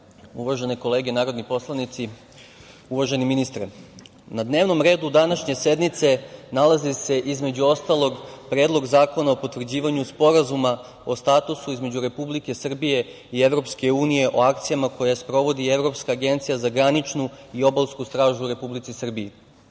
uvažene kolege narodni poslanici, uvaženi ministre, na dnevnom redu današnje sednice nalazi se, između ostalog, Predlog zakona o potvrđivanju Sporazuma o statusu između Republike Srbije i Evropske unije o akcijama koje sprovodi Evropska agencija za graničnu i obalsku stražu u Republici Srbiji. Ovim